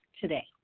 today